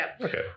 Okay